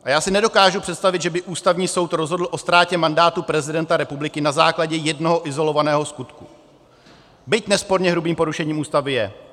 A já si nedokážu představit, že by Ústavní soud rozhodl o ztrátě mandátu prezidenta republiky na základě jednoho izolovaného skutku, byť nesporně hrubým porušením Ústavy je.